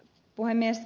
puhemies